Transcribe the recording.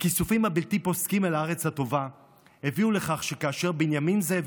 הכיסופים הבלתי-פוסקים אל הארץ הטובה הביאו לכך שכאשר בנימין זאב